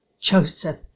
Joseph